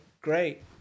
great